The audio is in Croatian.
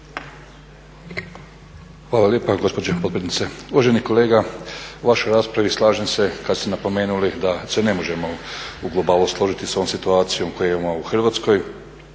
Hvala lijepa gospođo potpredsjednice. Uvaženi kolega, u vašoj raspravi slažem se kad ste napomenuli da se ne možemo u globalu složiti sa ovom situacijom koju imamo u Hrvatskoj